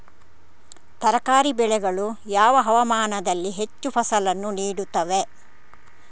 ತರಕಾರಿ ಬೆಳೆಗಳು ಯಾವ ಹವಾಮಾನದಲ್ಲಿ ಹೆಚ್ಚು ಫಸಲನ್ನು ನೀಡುತ್ತವೆ?